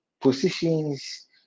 positions